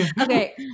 Okay